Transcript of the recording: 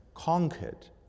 conquered